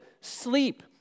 sleep